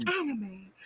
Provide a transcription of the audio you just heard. anime